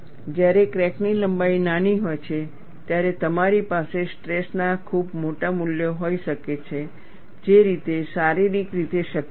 જ્યારે ક્રેકની લંબાઈ નાની હોય છે ત્યારે તમારી પાસે સ્ટ્રેસ ના ખૂબ મોટા મૂલ્યો હોઈ શકે છે જે શારીરિક રીતે શક્ય નથી